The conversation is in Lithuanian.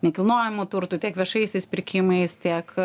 nekilnojamo turtu tiek viešaisiais pirkimais tiek